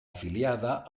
afiliada